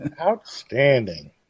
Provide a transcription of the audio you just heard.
Outstanding